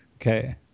Okay